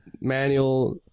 manual